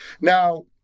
Now